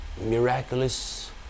miraculous